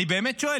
אני באמת שואל,